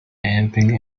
anything